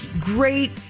Great